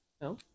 No